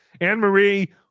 Anne-Marie